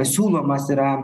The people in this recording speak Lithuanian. siūlomas yra